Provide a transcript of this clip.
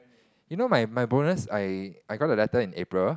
you know my my bonus I I got the letter in April